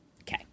Okay